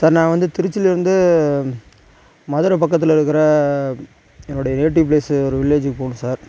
sir நான் வந்து திருச்சிலேருந்து மதுரை பக்கத்தில் இருக்கிற என்னுடைய நேட்டிவ் ப்ளேஸ்ஸு ஒரு வில்லேஜுக்கு போகணும் சார்